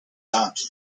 donkey